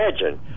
imagine